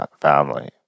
family